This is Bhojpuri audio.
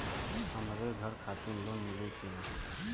हमरे घर खातिर लोन मिली की ना?